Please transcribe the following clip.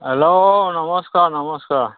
hello নমস্কাৰ নমস্কাৰ